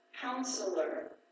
Counselor